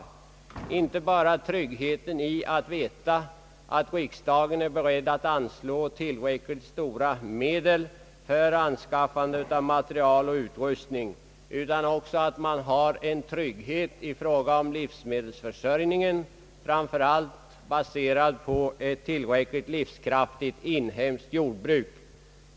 För att skapa trygghet räcker det inte med att riksdagen är beredd att anslå tillräckligt stora medel för anskaffande av militär materiel och utrustning, utan man måste också ha trygghet i fråga om livsmedelsförsörjningen, framför allt baserad på ett tillräckligt livskraftigt inhemskt jordbruk.